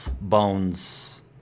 bones